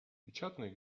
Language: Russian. печатные